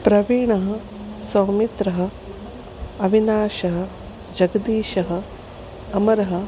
प्रवीणः सौमित्रः अविनाशः जगदीशः अमरः